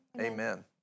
Amen